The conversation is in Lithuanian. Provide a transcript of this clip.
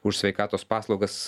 už sveikatos paslaugas